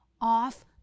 off